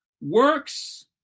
Works